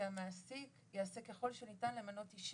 שהמעסיק יעשה ככל שניתן למנות אישה.